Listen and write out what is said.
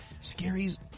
Scary's